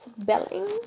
spelling